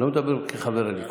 אני לא מדבר כחבר הליכוד.